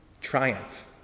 triumph